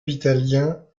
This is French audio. italien